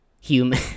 human